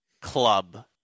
club